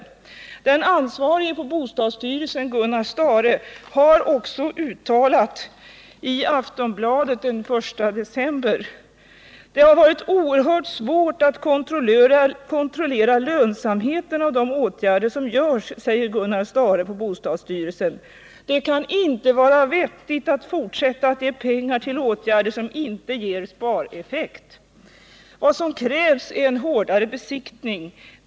81 Den ansvarige på bostadsstyrelsen, Gunnar Stahre, har också uttalat sig i Aftonbladet den 1 december: ”Det har varit oerhört svårt att kontrollera lönsamheten av de åtgärder som görs, säger Gunnar Stahre på bostadsstyrelsen. Det kan inte vara vettigt att fortsätta ge pengar till åtgärder som inte ger spareffekt. Vad som krävs är en hårdare besiktning.